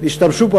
השתמשו פה,